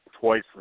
twice